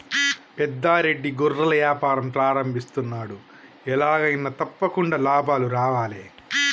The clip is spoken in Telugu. పెద్ద రెడ్డి గొర్రెల వ్యాపారం ప్రారంభిస్తున్నాడు, ఎలాగైనా తప్పకుండా లాభాలు రావాలే